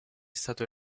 stato